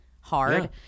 hard